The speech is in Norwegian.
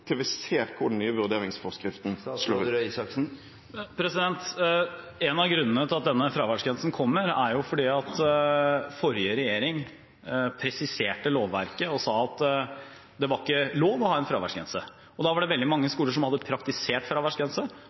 til vi ser hvordan den nye vurderingsforskriften slår ut? En av grunnene til at denne fraværsgrensen kommer, er at forrige regjering presiserte lovverket og sa at det ikke var lov å ha en fraværsgrense. Da var det veldig mange skoler som hadde praktisert fraværsgrense